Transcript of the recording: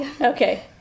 Okay